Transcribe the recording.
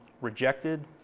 rejected